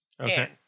Okay